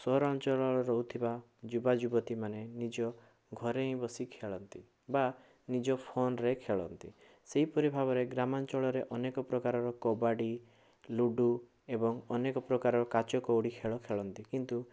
ସହରାଞ୍ଚଳରେ ରହୁଥିବା ଯୁବା ଯୁବତିମାନେ ନିଜ ଘରେ ହିଁ ବସି ଖେଳନ୍ତି ବା ନିଜ ଫୋନ୍ରେ ଖେଳନ୍ତି ସେହିପରି ଭାବରେ ଗ୍ରାମାଞ୍ଚଳରେ ଅନେକପ୍ରକାରର କବାଡ଼ି ଲୁଡ଼ୁ ଏବଂ ଅନେକପ୍ରକାର କାଚ କଉଡ଼ି ଖେଳ ଖେଳନ୍ତି କିନ୍ତୁ